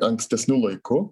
ankstesniu laiku